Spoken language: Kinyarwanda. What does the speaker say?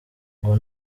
ngo